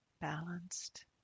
balanced